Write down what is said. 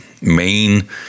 main